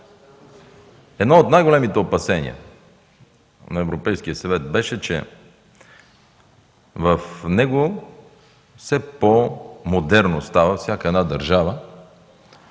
Едно от най-големите опасения на Европейския съвет беше, че все по-модерно става всяка една държава